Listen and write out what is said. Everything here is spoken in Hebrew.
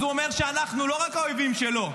אז הוא אומר שאנחנו לא רק האויבים שלו,